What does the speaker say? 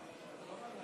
חברת